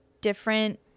different